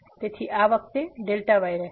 તેથી આ વખતે y રહેશે